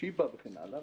וכן הלאה.